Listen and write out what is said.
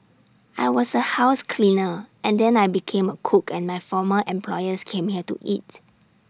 I was A house cleaner and then I became A cook and my former employers came here to eat